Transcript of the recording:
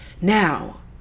Now